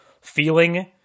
feeling